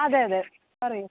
അതെ അതെ പറയൂ